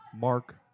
Mark